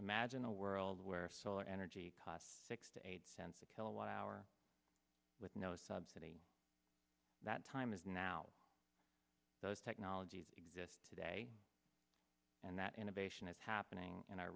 imagine a world where solar energy costs six to eight cents a kilowatt hour with no subsidy that time is now those technologies exist today and that innovation is happening in our